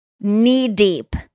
knee-deep